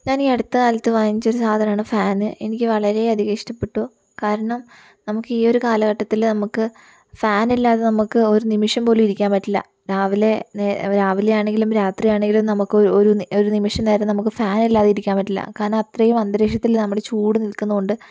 ഞാനീ അടുത്തകാലത്ത് വാങ്ങിച്ചൊരു സാധനമാണ് ഫാന് എനിക്ക് വളരെയധികം ഇഷ്ടപ്പെട്ടു കാരണം നമുക്ക് ഈ ഒരു കാലഘട്ടത്തില് നമുക്ക് ഫാനില്ലാതെ നമുക്ക് ഒരു നിമിഷംപോലും ഇരിക്കാൻ പറ്റില്ല രാവിലെ രാവിലെയാണെങ്കിലും രാത്രിയാണെങ്കിലും നമുക്കൊരു ഒരു ഒരു നിമിഷ നേരം നമുക്ക് ഫാനില്ലാതെ ഇരിക്കാൻ പറ്റില്ല കാരണം അത്രയും അന്തരീക്ഷത്തില് നമ്മള് ചൂട് നിൽക്കുന്നുണ്ട്